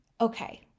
okay